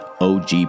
OG